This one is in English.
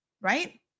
Right